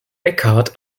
eckhart